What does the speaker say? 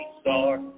star